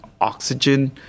oxygen